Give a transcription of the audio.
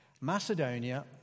Macedonia